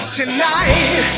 tonight